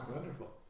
Wonderful